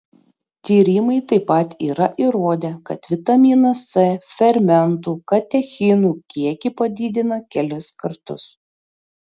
tyrimai taip pat yra įrodę kad vitaminas c fermentų katechinų kiekį padidina kelis kartus